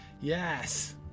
Yes